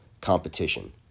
competition